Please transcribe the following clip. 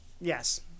Yes